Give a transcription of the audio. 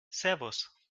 servus